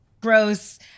gross